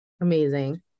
Amazing